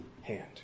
hand